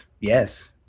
yes